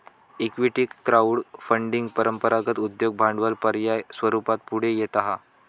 equity crowd funding परंपरागत उद्योग भांडवल पर्याय स्वरूपात पुढे येता हा